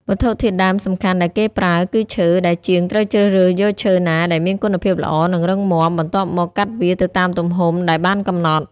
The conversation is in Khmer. វត្ថុធាតុដើមសំខាន់ដែលគេប្រើគឺ ឈើ ដែលជាងត្រូវជ្រើសរើសយកឈើណាដែលមានគុណភាពល្អ និងរឹងមាំ បន្ទាប់មកកាត់វាទៅតាមទំហំដែលបានកំណត់។